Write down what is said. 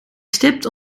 stipt